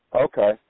Okay